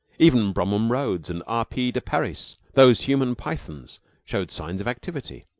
even bromham rhodes and r. p. de parys those human pythons showed signs of activity.